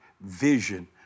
vision